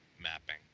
mapping